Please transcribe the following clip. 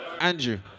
Andrew